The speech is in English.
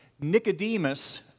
Nicodemus